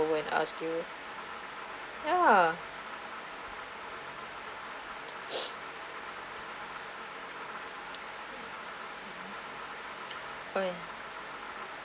over and ask you yeah oh yeah